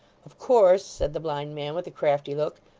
of course said the blind man, with a crafty look,